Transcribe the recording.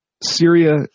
Syria